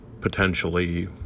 potentially